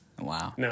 wow